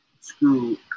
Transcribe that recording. screw